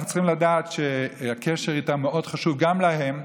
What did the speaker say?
אנחנו צריכים לדעת שהקשר איתם חשוב מאוד גם להם,